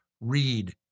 read